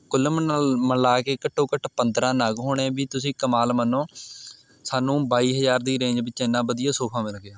ਕੁੱਲ ਮਿਨਲ ਮਿਲਾ ਕੇ ਘੱਟੋ ਘੱਟ ਪੰਦਰ੍ਹਾਂ ਨਗ ਹੋਣੇ ਵੀ ਤੁਸੀਂ ਕਮਾਲ ਮੰਨੋ ਸਾਨੂੰ ਬਾਈ ਹਜ਼ਾਰ ਦੀ ਰੇਂਜ ਵਿੱਚ ਇੰਨਾਂ ਵਧੀਆ ਸੋਫਾ ਮਿਲ ਗਿਆ